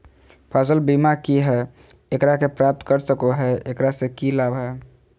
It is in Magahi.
फसल बीमा की है, एकरा के प्राप्त कर सको है, एकरा से की लाभ है?